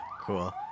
Cool